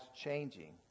changing